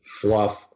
fluff